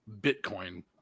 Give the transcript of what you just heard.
Bitcoin